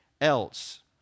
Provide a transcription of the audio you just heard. else